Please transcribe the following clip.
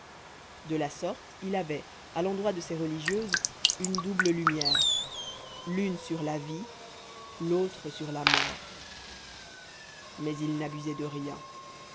de la sorte il avait à l'endroit de ces religieuses une double lumière l'une sur la vie l'autre sur la mort mais il n'abusait de rien